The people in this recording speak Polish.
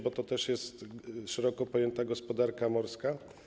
Bo to też jest szeroko pojęta gospodarka morska.